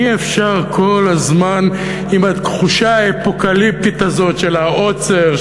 אי-אפשר כל הזמן עם התחושה האפוקליפטית הזו של העוצר,